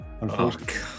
unfortunately